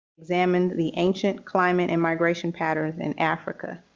examine the ancient climate and migration patterns in africa.